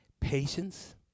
patience